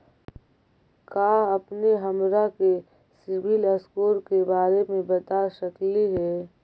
का अपने हमरा के सिबिल स्कोर के बारे मे बता सकली हे?